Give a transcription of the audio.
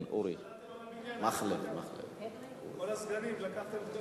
השתלטתם על הבניין, כל הסגנים, לקחתם את כל